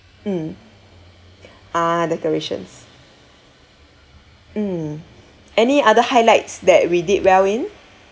mm ah decorations mm any other highlights that we did well in